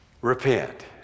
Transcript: Repent